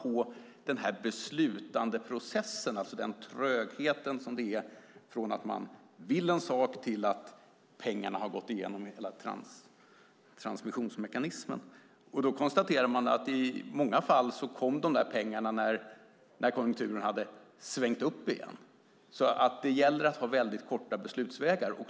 Sedan lades beslutandeprocessen på, det vill säga trögheten som finns från att man vill en sak till att pengarna har gått igenom hela transaktionsmekanismen. Då konstaterade man att i många fall kom pengarna när konjunkturen hade svängt upp igen. Det gäller att ha korta beslutsvägar.